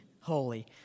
holy